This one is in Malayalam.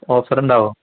ഓഫർ ഉണ്ടാകുമോ